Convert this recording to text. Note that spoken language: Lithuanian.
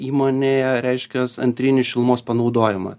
įmonėje reiškias antrinį šilumos panaudojimą